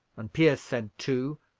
and pierce said two,